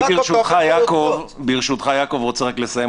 ברשותך, יעקב, אני רוצה לסיים.